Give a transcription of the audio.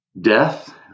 Death